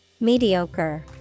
Mediocre